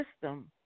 system